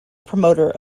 promoter